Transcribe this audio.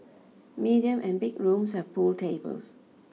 medium and big rooms have pool tables